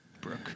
Brooke